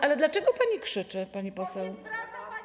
Ale dlaczego pani krzyczy, pani poseł?